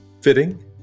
fitting